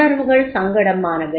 உணர்வுகள் சங்கடமானவை